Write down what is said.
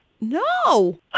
No